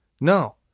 No